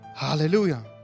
Hallelujah